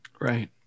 Right